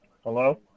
Hello